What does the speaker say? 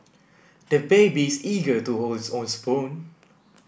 the baby is eager to hold his own spoon